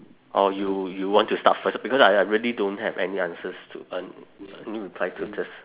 or you you want to start first because I I really don't have any answers to reply to this